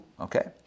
Okay